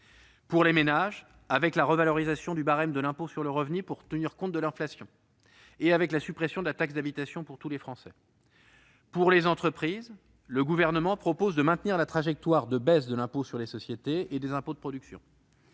ménages bénéficient d'une revalorisation du barème de l'impôt sur le revenu destinée à neutraliser les effets de l'inflation, ainsi que de la suppression de la taxe d'habitation pour tous les Français. Pour les entreprises, le Gouvernement propose de maintenir la trajectoire de baisse de l'impôt sur les sociétés et des impôts de production.